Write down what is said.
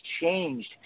changed